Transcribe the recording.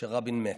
שרבין מת.